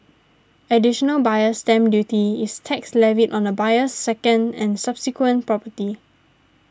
additional Buyer's Stamp Duty is tax levied on a buyer's second and subsequent property